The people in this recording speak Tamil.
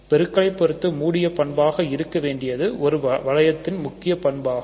பெருக்கலை பொறுத்து மூடிய பண்பாக இருக்க வேண்டியது ஒரு வளையத்தின் முக்கிய பண்பாகும்